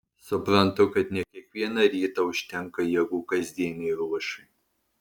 suprantu kad ne kiekvieną rytą užtenka jėgų kasdienei ruošai